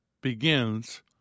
begins